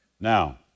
now